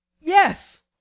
yes